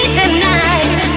tonight